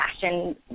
fashion